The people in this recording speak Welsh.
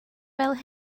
fel